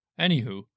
Anywho